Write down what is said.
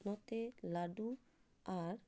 ᱱᱚᱛᱮ ᱞᱟᱹᱰᱩ ᱟᱨ